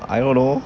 I don't know